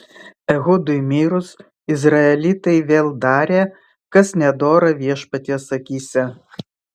ehudui mirus izraelitai vėl darė kas nedora viešpaties akyse